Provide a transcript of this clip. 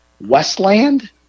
Westland